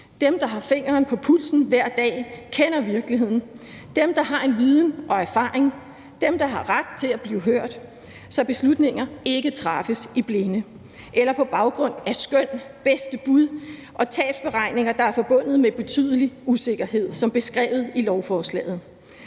dem, der har fingeren på pulsen hver dag og kender virkeligheden, dem, der har en viden og erfaring, dem, der har ret til at blive hørt, så beslutninger ikke træffes i blinde eller på baggrund af skøn, bedste bud og tabsberegninger, der er forbundet med betydelig usikkerhed som beskrevet i lovforslaget,